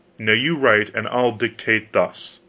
now you write and i'll dictate thus